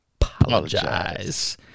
Apologize